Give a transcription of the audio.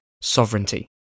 sovereignty